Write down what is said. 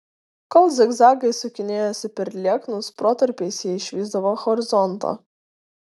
kol zigzagais sukinėjosi per lieknus protarpiais jie išvysdavo horizontą